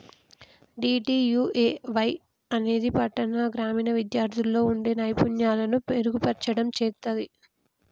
DDUAY అనేది పట్టాణ, గ్రామీణ విద్యార్థుల్లో వుండే నైపుణ్యాలను మెరుగుపర్చడం చేత్తది